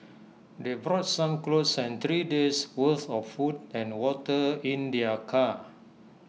they brought some clothes and three days' worth of food and water in their car